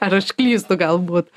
ar aš klystu galbūt